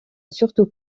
surtout